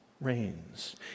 reigns